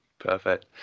perfect